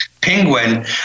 Penguin